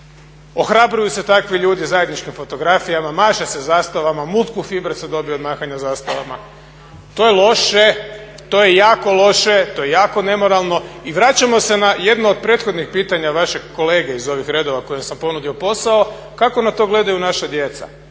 ohrabruju se takvi ljudi zajedničkim fotografijama, maše zastavama muskulfiber se dobije od mahanja zastavama. To je loše, to je jako loše, to je jako nemoralno. I vraćamo se na jedno od prethodnih pitanja vašeg kolege iz ovih redova kojem sam ponudio posao kako na to gledaju naša djeca.